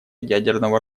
ядерного